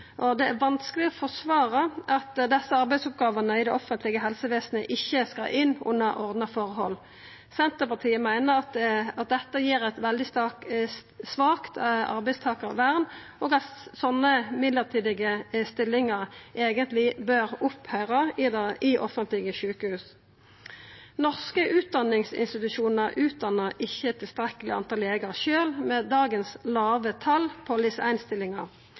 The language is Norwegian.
Det er vanskeleg å forsvara at desse arbeidsoppgåvene i det offentlege helsevesenet ikkje skal inn under ordna forhold. Senterpartiet meiner at dette gir eit veldig svakt arbeidstakarvern, og at sånne mellombelse stillingar eigentleg bør opphevast i offentlege sjukehus. Norske utdanningsinstitusjonar utdannar ikkje tilstrekkeleg med legar sjølve, med dagens låge tal på